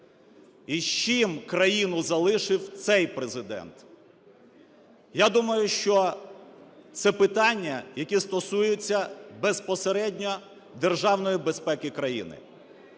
і з чим країну залишив цей Президент. Я думаю, що це питання, які стосуються безпосередньо державної безпеки країни.